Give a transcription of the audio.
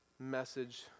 Message